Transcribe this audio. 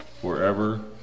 forever